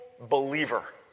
believer